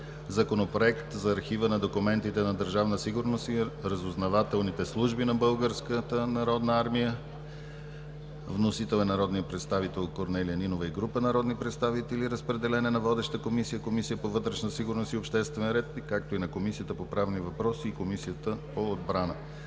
Законопроект за архива на документите на Държавна сигурност и разузнавателните служби на Българската народна армия. Вносители са народният представител Корнелия Нинова и група народни представители. Водеща е Комисията по вътрешна сигурност и обществен ред. Разпределен е и на Комисията по правни въпроси и Комисията по отбрана.